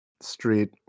street